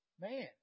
man